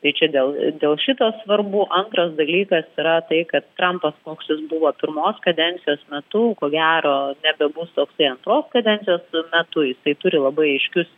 tai čia dėl dėl šito svarbu antras dalykas yra tai kad trampas koks jis buvo pirmos kadencijos metu ko gero nebebustoksai antros kadencijos metu jisai turi labai aiškius